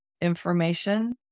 information